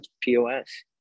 POS